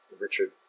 Richard